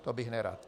To bych nerad.